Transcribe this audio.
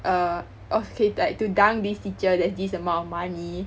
err okay like to dunk this teacher there's this amount of money